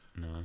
No